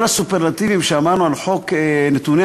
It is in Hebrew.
כל הסופרלטיבים שאמרנו על חוק נתוני